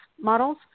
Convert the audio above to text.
models